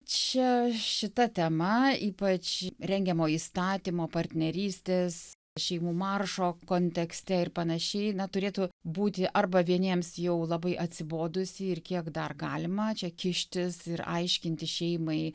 čia šita tema ypač rengiamo įstatymo partnerystės šeimų maršo kontekste ir panašiai na turėtų būti arba vieniems jau labai atsibodusi ir kiek dar galima čia kištis ir aiškinti šeimai